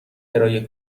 کرایه